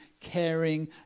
caring